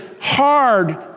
hard